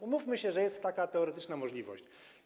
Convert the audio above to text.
Umówmy się, że jest taka teoretyczna możliwość.